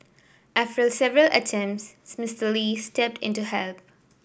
after several attempts Mr Lee stepped in to help